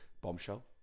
bombshell